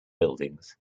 buildings